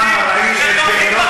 אתה תומך בטרוריסטים שתומכים בטרור,